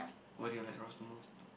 why do you like Ross the most